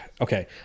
okay